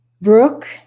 Brooke